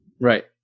Right